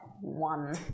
One